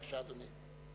בבקשה, אדוני.